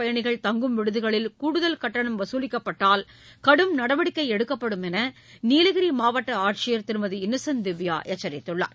பயணிகள் தங்கும் விடுதிகளில் கூடுதல் கட்டணம் உதகமண்டலத்திற்கு வரும் சுற்றுலா வசூலிக்கப்பட்டால் கடும் நடவடிக்கை எடுக்கப்படும் என்று நீலகிரி மாவட்ட ஆட்சியர் திருமதி இன்னசென்ட் திவ்யா எச்சரித்துள்ளார்